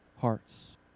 hearts